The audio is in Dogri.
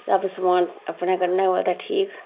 सब समान अपने कन्नै होऐ ते ठीक